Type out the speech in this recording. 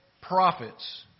prophets